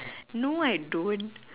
no I don't